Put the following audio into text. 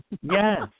Yes